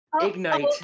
Ignite